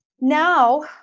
now